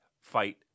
fight